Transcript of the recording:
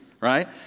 right